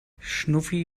schnuffi